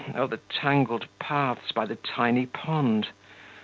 oh, the tangled paths by the tiny pond!